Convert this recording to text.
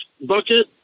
bucket